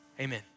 Amen